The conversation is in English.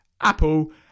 Apple